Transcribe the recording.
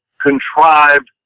contrived